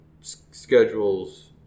schedules